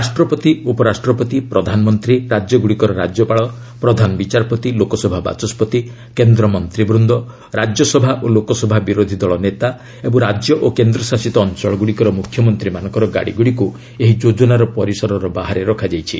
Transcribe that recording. ରାଷ୍ଟ୍ରପତି ଉପରାଷ୍ଟ୍ରପତି ପ୍ରଧାନମନ୍ତ୍ରୀ ରାଜ୍ୟଗୁଡ଼ିକର ରାଜ୍ୟପାଳ ପ୍ରଧାନ ବିଚାରପତି ଲୋକସଭା ବାଚସ୍କତି କେନ୍ଦ୍ରମନ୍ତ୍ରୀବୃନ୍ଦ ରାଜ୍ୟସଭା ଓ ଲୋକସଭା ବିରୋଧି ଦଳ ନେତା ଏବଂ ରାଜ୍ୟ ଓ କେନ୍ଦ୍ରଶାସିତ ଅଞ୍ଚଳଗ୍ରଡ଼ିକର ମ୍ରଖ୍ୟମନ୍ତ୍ରୀମାନଙ୍କର ଗାଡ଼ିଗ୍ରଡ଼ିକ୍ ଏହି ଯୋଜନାର ପରିସର ବାହାରେ ରଖାଯାଇଛି